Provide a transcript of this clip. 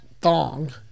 thong